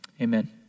amen